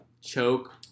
choke